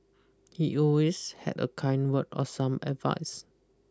he always had a kind word or some advice